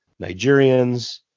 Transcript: Nigerians